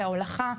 ההולכה,